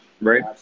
right